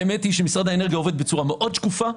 האמת היא שמשרד האנרגיה עובד בצורה מאוד שקופה.